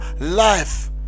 life